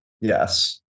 yes